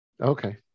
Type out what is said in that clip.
Okay